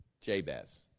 Jabez